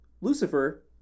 Lucifer